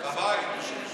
בבית.